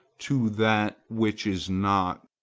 to that which is not.